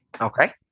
Okay